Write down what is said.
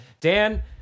Dan